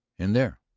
in there.